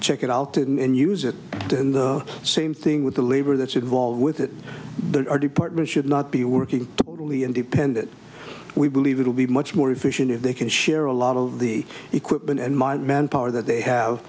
check it out and use it in the same thing with the labor that's involved with it the department should not be working really independent we believe it'll be much more efficient if they can share a lot of the equipment and mind manpower that they have